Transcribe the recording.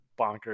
bonkers